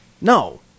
No